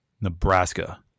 Nebraska